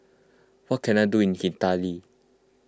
what can I do in Haiti